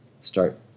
Start